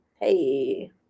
Hey